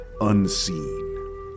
unseen